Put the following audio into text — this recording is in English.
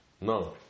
No